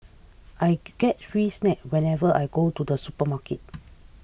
I get free snacks whenever I go to the supermarket